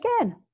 again